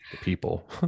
people